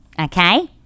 Okay